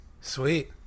Sweet